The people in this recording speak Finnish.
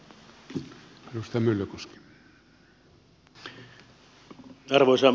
arvoisa puhemies